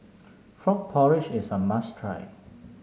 Frog Porridge is a must try